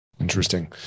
Interesting